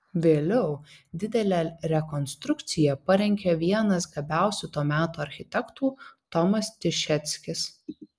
vėliau didelę rekonstrukciją parengė vienas gabiausių to meto architektų tomas tišeckis